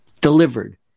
delivered